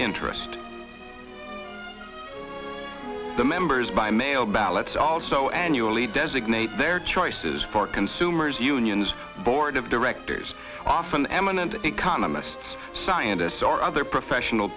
interest the members by mail ballots also annually designate their choices for consumers unions board of directors often eminent economists scientists or other professional